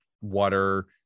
water